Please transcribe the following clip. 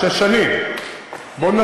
זה שש שנים.